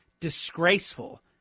disgraceful